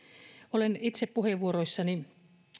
olen itse puheenvuoroissani